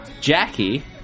Jackie